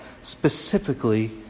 specifically